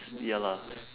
ya lah